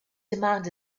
demand